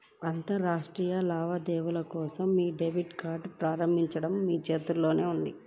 అంతర్జాతీయ లావాదేవీల కోసం మీ డెబిట్ కార్డ్ని ప్రారంభించడం మీ చేతుల్లోనే ఉంది